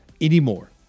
anymore